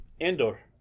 Andor